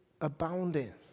abounding